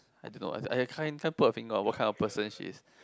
I don't know I I can't put my finger on what kind of person she is